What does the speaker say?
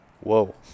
Whoa